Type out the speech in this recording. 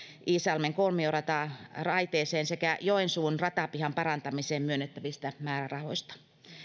iisalmen kolmioraiteeseen sekä joensuun ratapihan parantamiseen myönnettävistä määrärahoista